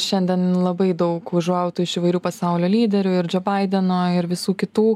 šiandien labai daug užuojautų iš įvairių pasaulio lyderių ir džo baideno ir visų kitų